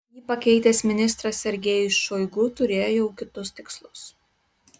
jį pakeitęs ministras sergejus šoigu turėjo jau kitus tikslus